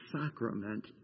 sacrament